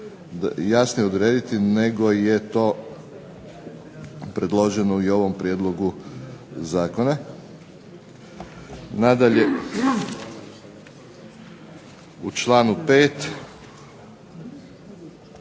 jasnije odrediti nego je to predloženo i u ovom prijedlogu zakona. Nadalje, u članu 5.